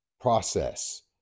process